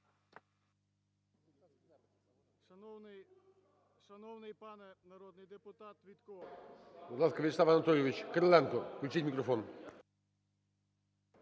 Дякую